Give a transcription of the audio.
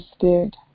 Spirit،